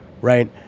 right